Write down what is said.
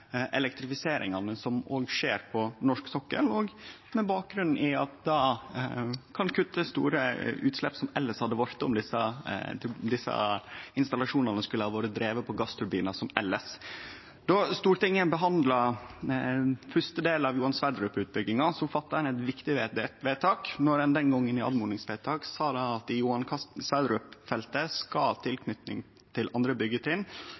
som skjer på norsk sokkel, og at det kan kutte store utslepp, som det elles hadde blitt om desse installasjonane skulle ha vore drivne på gassturbinar. Då Stortinget behandla første del av Johan Sverdrup-utbygginga, fatta ein eit viktig vedtak då ein den gongen, i oppmodingsvedtaket, sa at for Johan Sverdrup-feltet – i tilknyting til andre